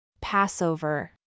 Passover